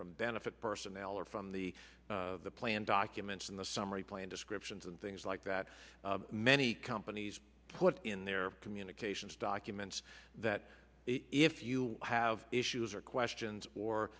from benefit personnel or from the plan documents in the summary plan descriptions and things like that many companies put in their communications documents that if you have issues or questions or